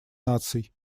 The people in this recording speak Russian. наций